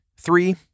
Three